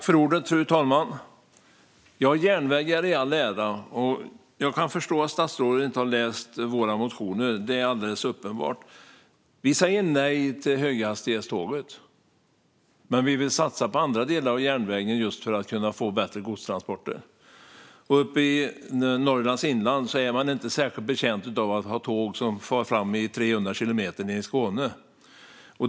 Fru talman! Järnväg i all ära. Det är uppenbart att statsrådet inte har läst våra motioner. Vi säger nej till höghastighetståg men vill satsa på andra delar av järnvägen, just för att kunna få bättre godstransport. Uppe i Norrlands inland är man inte särskilt betjänt av att tåg nere i Skåne far fram i 300 kilometer i timmen.